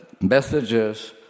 messages